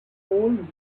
whole